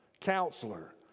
Counselor